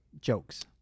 Jokes